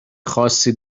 خاصی